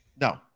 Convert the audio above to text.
No